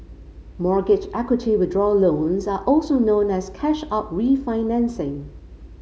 mortgage equity withdrawal loans are also known as cash out refinancing